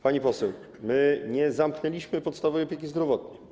Pani poseł, my nie zamknęliśmy podstawowej opieki zdrowotnej.